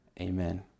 amen